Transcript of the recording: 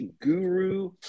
guru